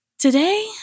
Today